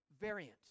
variant